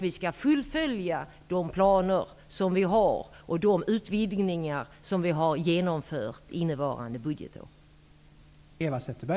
Vi skall fullfölja de planer som vi har och de utvidgningar som genomförts innevarande budgetår.